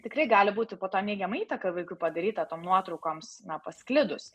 tikrai gali būti po to neigiama įtaka vaikui padaryta tom nuotraukoms pasklidus